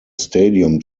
stadium